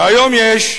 והיום יש,